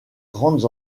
grandes